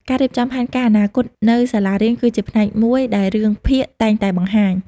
ការរៀបចំផែនការអនាគត នៅសាលារៀនគឺជាផ្នែកមួយដែលរឿងភាគតែងតែបង្ហាញ។